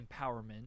empowerment